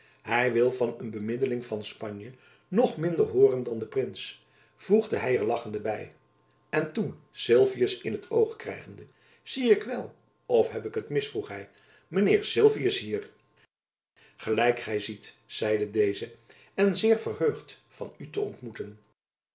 hy wil van een bemiddeling van spanje nog minder hooren dan de prins voegde hy er lachende by en toen sylvius in t oog krijgende zie ik wel of heb ik t mis vroeg hy mijn heer sylvius hier gelijk gy ziet zeide deze en zeer verheugd van u te ontmoeten